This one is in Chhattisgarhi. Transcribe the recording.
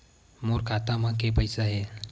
मोर खाता म के पईसा हे?